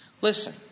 Listen